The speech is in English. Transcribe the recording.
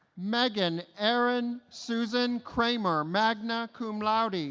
meghan erin susan kramer magna cum laude